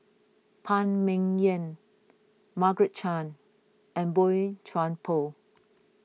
Phan Ming Yen Margaret Chan and Boey Chuan Poh